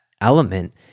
element